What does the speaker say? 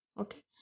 okay